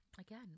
Again